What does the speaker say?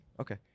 Okay